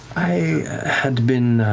i had been